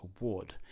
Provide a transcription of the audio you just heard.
Award